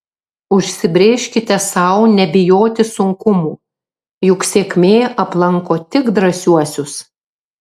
užsibrėžkite sau nebijoti sunkumų juk sėkmė aplanko tik drąsiuosius